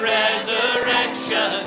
resurrection